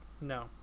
No